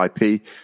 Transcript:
IP